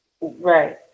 Right